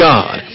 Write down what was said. God